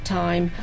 time